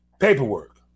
paperwork